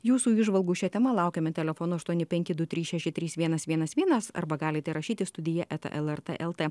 jūsų įžvalgų šia tema laukiame telefonu aštuoni penki du trys šeši trys vienas vienas vienas arba galite rašyti studija eta lrt lt